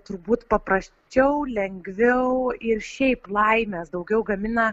turbūt paprasčiau lengviau ir šiaip laimės daugiau gamina